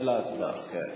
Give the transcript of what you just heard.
החלה ההצבעה, כן.